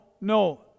no